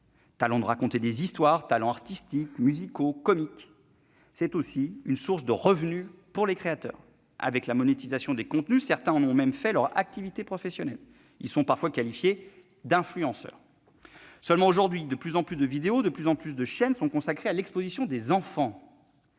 talents pour raconter des histoires, talents artistiques, musicaux, comiques ... Ces plateformes sont aussi une source de revenus pour les créateurs. Avec la monétisation des contenus, certains en ont même fait leur activité professionnelle- ils sont parfois qualifiés d'« influenceurs ». Néanmoins, aujourd'hui, de plus en plus de vidéos, de plus en plus de chaînes sont consacrées à l'exposition d'enfants.